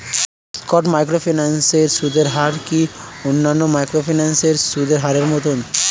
স্কেট microfinance এর সুদের হার কি অন্যান্য মাইক্রোফিন্যান্স এর সুদের হারের মতন?